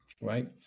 right